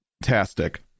fantastic